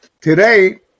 Today